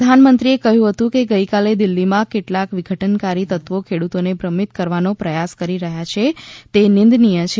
પ્રધાનમંત્રીએ કહ્યું હતું કે ગઇકાલે દિલ્હીમાં કેટલા વિઘટનકારી તત્વો ખેડૂતોને ભ્રમિત કરવાનો પ્રયાસ કરી રહયાં છે તે નિંદનીય છે